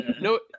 no